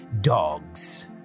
dogs